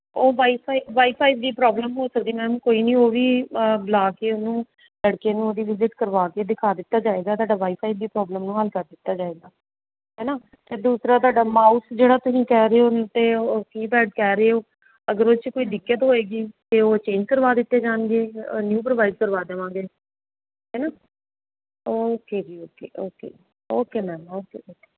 ਉਹ wifi wifi ਦੀ problem ਹੋ ਸਕਦੀ ਮੈਮ ਕੋਈ ਨਹੀਂ ਉਹ ਵੀ ਬੁਲਾ ਕੇ ਉਹਨੂੰ ਲੜਕੇ ਨੂੰ ਉਹਦੀ ਵਿਜ਼ਿਟ ਕਰਵਾ ਕੇ ਦਿਖਾ ਦਿੱਤਾ ਜਾਏਗਾ ਤੁਹਾਡਾ ਵਾਈ ਫਾਈ ਦੀ ਪ੍ਰੋਬਲਮ ਨੂੰ ਹੱਲ ਕਰ ਦਿੱਤਾ ਜਾਏਗਾ ਹੈ ਨਾ ਅਤੇ ਦੂਸਰਾ ਤੁਹਾਡਾ ਮਾਊਸ ਜਿਹੜਾ ਤੁਸੀਂ ਕਹਿ ਰਹੇ ਹੋ ਅਤੇ ਉਹ ਕੀਪੈਡ ਕਹਿ ਰਹੇ ਹੋ ਅਗਰ ਉਹ 'ਚ ਕੋਈ ਦਿੱਕਤ ਹੋਏਗੀ ਤਾਂ ਉਹ ਚੇਂਜ ਕਰਵਾ ਦਿੱਤੇ ਜਾਣਗੇ ਅ ਨਿਊ ਪ੍ਰੋਵਾਈਡ ਕਰਵਾ ਦੇਵਾਂਗੇ ਹੈ ਨਾ ਓਕੇ ਜੀ okay okay okay ma'am okay